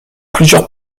plusieurs